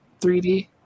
3D